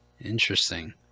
Interesting